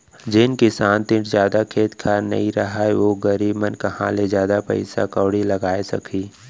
जेन किसान तीर जादा खेत खार नइ रहय ओ गरीब मन कहॉं ले जादा पइसा कउड़ी लगाय सकहीं